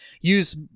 use